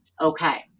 Okay